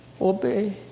obey